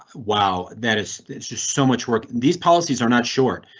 wow that is just so much work. these policies are not short.